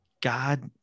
God